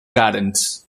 gardens